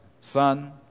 sun